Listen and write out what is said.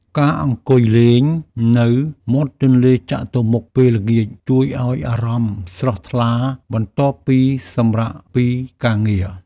ការអង្គុយលេងនៅមាត់ទន្លេចតុមុខពេលល្ងាច ជួយឱ្យអារម្មណ៍ស្រស់ថ្លាបន្ទាប់ពីសម្រាកពីការងារ។